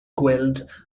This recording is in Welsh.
gweld